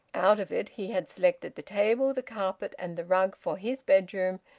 out of it he had selected the table, the carpet, and the rug for his bedroom,